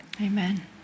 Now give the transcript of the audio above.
Amen